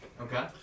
Okay